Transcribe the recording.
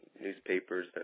newspapers